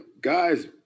guys